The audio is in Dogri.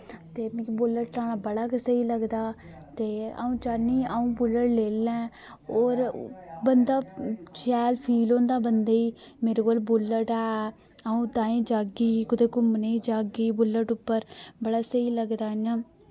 ते मिकी बुल्लट चलाना बड़ा गै स्हेई लगदा ते अ'ऊं चाह्न्नीं अ'ऊं बुल्लट ले लैं और बंदा शैल फील होंदा बंदे ई मेरे कोल बुल्लट ऐ अ'ऊं ताईं जाह्गी कुतै घुम्मने जाह्गी बुल्लट उप्पर बड़ा स्हेई लगदा इ'यां